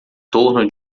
torno